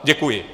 Děkuji.